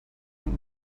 und